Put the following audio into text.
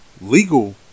legal